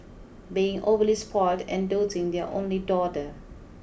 being overly spoilt and doting their only daughter